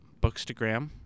bookstagram